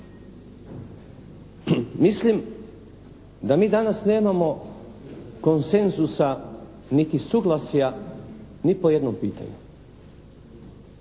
Mislim da mi danas nemamo konsenzusa niti suglasja ni po jednom pitanju